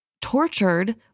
tortured